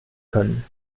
können